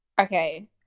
Okay